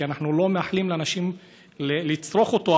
כי אנחנו לא מאחלים לאנשים להזדקק לו,